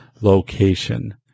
location